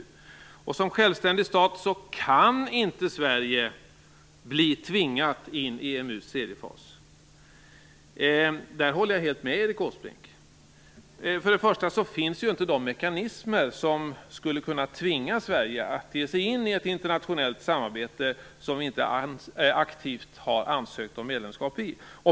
Som självständig stat kan Sverige inte bli tvingat in i EMU:s tredje fas. I fråga om detta håller jag helt med Erik Åsbrink. För det första finns inte de mekanismer som skulle kunna tvinga Sverige att ge sig in i ett internationellt samarbete som vi inte aktivt har ansökt om medlemskap i.